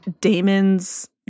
Damon's